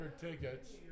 tickets